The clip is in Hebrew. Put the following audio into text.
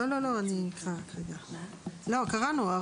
זה כמובן לא מונע מהם לטפל במרפאות